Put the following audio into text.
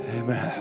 Amen